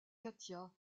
katia